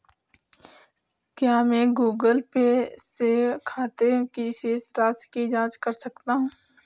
क्या मैं Google Pay से अपने खाते की शेष राशि की जाँच कर सकता हूँ?